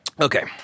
Okay